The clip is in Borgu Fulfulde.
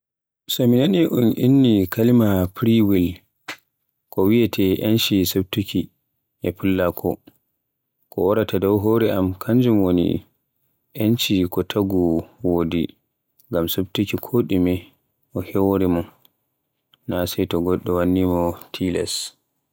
So mi nani un inni kalima "free will" ko wiyeete yenci suftuki e fullako, ko waraata dow hore am kanjum woni, yenci ko taagu wodi ngam suftuki ko ɗume e hore mun naa sai to goɗo wanna mo tilas.